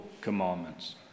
commandments